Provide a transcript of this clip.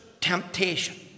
temptation